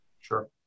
Sure